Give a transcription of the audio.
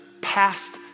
past